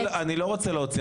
אני לא רוצה להוציא,